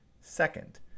Second